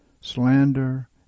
slander